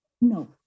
No